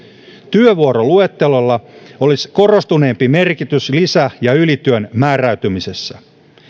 työvuoroluettelolla olisi korostuneempi merkitys lisä ja ylityön määräytymisessä